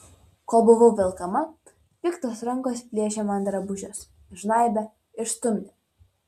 kol buvau velkama piktos rankos plėšė man drabužius žnaibė ir stumdė